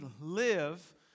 live